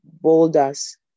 boulders